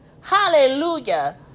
hallelujah